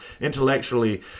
Intellectually